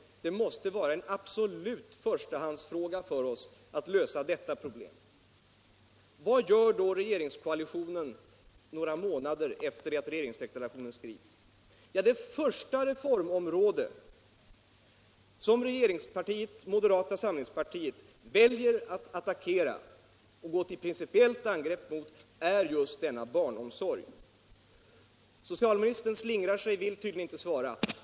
Det måste vara en absolut förstahandsfråga för oss att lösa detta problem. Vad gör då regeringskoalitionen några månader efter regeringsdeklarationen? Jo, det första reformområde som regeringspartiet moderata samlingspartiet väljer att attackera och gå till principiellt angrepp mot är just barnomsorgen. Socialministern slingrar sig och vill tydligen inte svara.